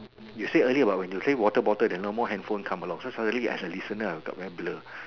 you say earlier what when you say water bottle there's no more handphone come along so suddenly as a listener I got very blur